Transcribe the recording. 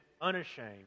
Unashamed